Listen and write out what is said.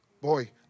Boy